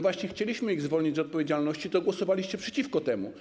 Właśnie chcieliśmy ich zwolnić z odpowiedzialności, to głosowaliście przeciwko temu.